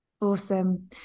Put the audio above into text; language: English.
Awesome